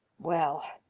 well,